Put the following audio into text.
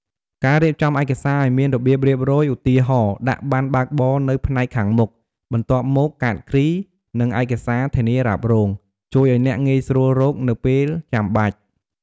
ការរៀបចំឯកសារឲ្យមានរបៀបរៀបរយ ឧទាហរណ៍ ដាក់ប័ណ្ណបើកបរនៅផ្នែកខាងមុខ បន្ទាប់មកកាតគ្រី និងឯកសារធានារ៉ាប់រង ជួយឲ្យអ្នក ងាយស្រួលរកនៅពេលចាំបាច់។